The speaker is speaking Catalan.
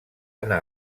anar